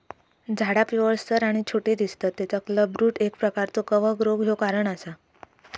झाडा पिवळसर आणि छोटी दिसतत तेचा क्लबरूट एक प्रकारचो कवक रोग ह्यो कारण असा